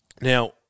Now